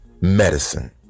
Medicine